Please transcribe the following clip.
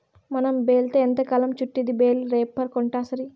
మనం బేల్తో ఎంతకాలం చుట్టిద్ది బేలే రేపర్ కొంటాసరి